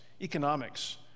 economics